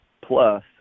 plus